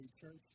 church